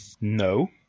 No